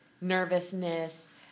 nervousness